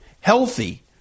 healthy